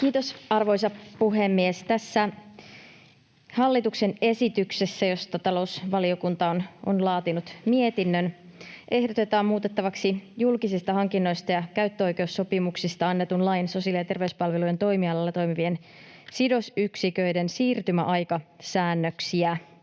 Kiitos, arvoisa puhemies! Tässä hallituksen esityksessä, josta talousvaliokunta on laatinut mietinnön, ehdotetaan muutettavaksi julkisista hankinnoista ja käyttöoikeussopimuksista annetun lain sosiaali- ja terveyspalvelujen toimialalla toimivien sidosyksiköiden siirtymäaikasäännöksiä.